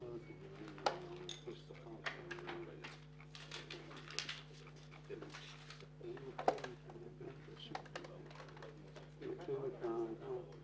בשעה 12:00.